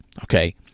Okay